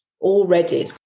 already